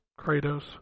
Kratos